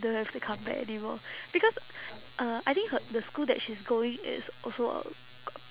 don't have to come back anymore because uh I think her the school that she's going is also a